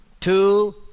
two